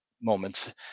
moments